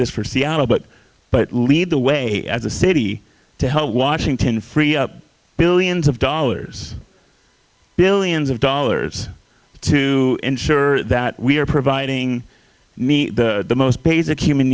this for seattle but but lead the way as a city to help washington free up billions of dollars billions of dollars to ensure that we are providing me the most basic human